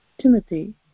Timothy